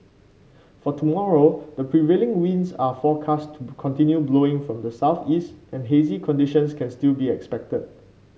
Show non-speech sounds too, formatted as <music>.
for tomorrow the prevailing winds are forecast to <unintelligible> continue blowing from the southeast and hazy conditions can still be expected